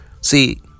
See